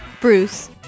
Bruce